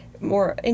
more